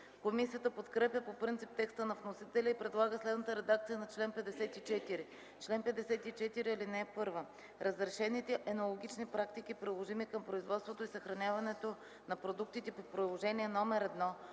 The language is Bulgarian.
Комисията подкрепя по принцип текста на вносителя и предлага следната редакция на чл. 54: „Чл. 54. (1) Разрешените енологични практики, приложими към производството и съхраняването на продуктите по Приложение № 1,